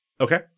Okay